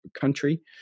country